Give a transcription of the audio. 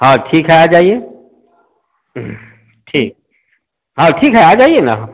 हाँ ठीक है आ जाइए ठीक हाँ ठीक है आ जाइए ना